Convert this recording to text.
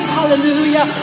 Hallelujah